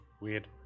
weird